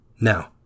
Now